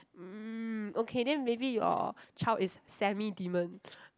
mm okay then maybe your child is semi demon